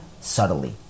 subtly